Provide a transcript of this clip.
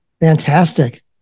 Fantastic